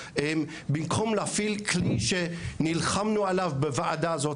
במקום להפעיל כלי שנלחמנו עליו בוועדה הזאת.